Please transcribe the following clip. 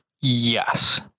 Yes